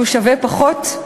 שהוא שווה פחות?